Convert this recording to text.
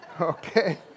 Okay